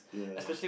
ya